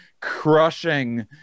crushing